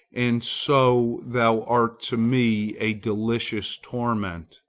and so thou art to me a delicious torment.